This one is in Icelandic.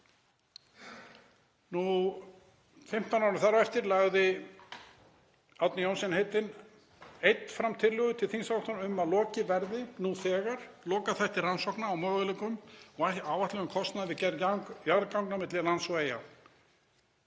15 árum þar á eftir lagði Árni Johnsen heitinn einn fram tillögu til þingsályktunar um að lokið yrði nú þegar lokaþætti rannsókna á möguleikum og áætluðum kostnaði við gerð jarðganga á milli lands og Eyja.